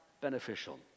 beneficial